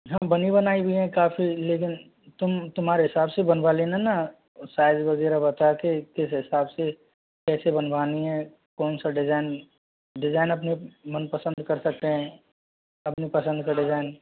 हाँ बनी बनाई भी है काफ़ी लेकिन तुम तुम्हारे हिसाब से बनवा लेना न वो साइज़ वगैरह बता के किस हिसाब से कैसे बनवानी है कौन सा डिज़ाइन डिज़ाइन अपने मन पसंद कर सकते हैं अपनी पसंद का डिज़ाइन